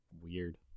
Weird